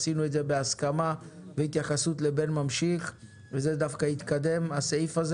עשינו את זה בהסכמה והתייחסות לבן ממשיך הסעיף הזה